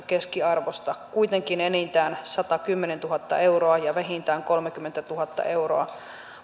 keskiarvosta kuitenkin enintään satakymmentätuhatta euroa ja vähintään kolmekymmentätuhatta euroa